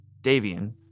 Davian